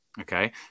Okay